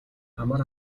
амар